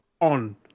on